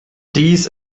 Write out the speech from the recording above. dies